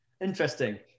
Interesting